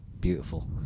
beautiful